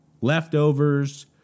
Leftovers